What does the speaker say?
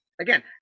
again